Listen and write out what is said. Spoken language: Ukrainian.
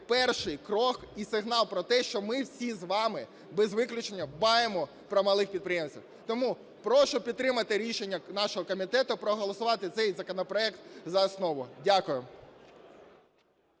перший крок і сигнал про те, що ми всі з вами, без виключення, дбаємо про малих підприємців. Тому прошу підтримати рішення нашого комітету проголосувати цей законопроект за основу. Дякую.